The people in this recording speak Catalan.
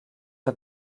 que